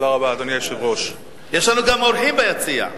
יש לנו גם אורחים ביציע.